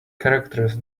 characters